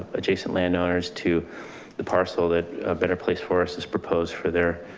adjacent landowners to the parcel that a better place for us is proposed for their,